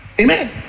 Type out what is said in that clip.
Amen